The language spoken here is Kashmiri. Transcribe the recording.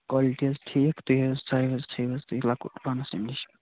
کالٹی حظ ٹھیٖک تۄیہِ ہٲیو سَیز تھٲیو حظ تۄیہِ لۄکُٹ پَنس اَمہِ نِش